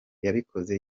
yabikoze